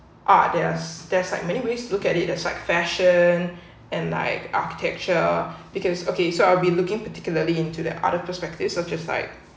ah there's there's like many ways to look at it as like fashion and like ah capture because okay so I'll be looking particularly into the other perspectives such as like